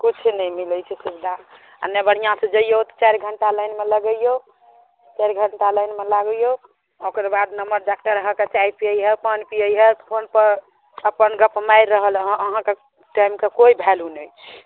किछु नहि मिलै छै सुविधा आ नहि बढ़िआँ से जइऔ तऽ चारि घण्टा लाइनमे लगिऔ चारि घण्टा लाइनमे लागिऔ आ ओकर बाद नम्मर डाक्टर अहाँके चाय पियै हइ पान पियै हइ फोन पर अपन गप मारि रहलहँ अहाँके टाइमके कोइ भैलू नहि छै